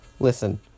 Listen